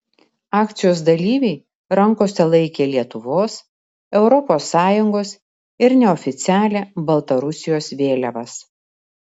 akcijos dalyviai rankose laikė lietuvos europos sąjungos ir neoficialią baltarusijos vėliavas